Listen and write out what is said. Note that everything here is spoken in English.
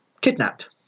kidnapped